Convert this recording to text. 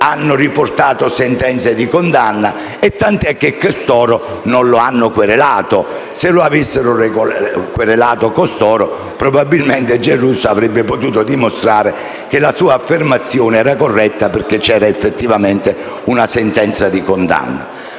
hanno riportato sentenze di condanna, tanto che costoro non lo hanno querelato: se costoro lo avessero querelato, probabilmente Giarrusso avrebbe potuto dimostrare che la sua affermazione era corretta, perché c'era effettivamente una sentenza di condanna;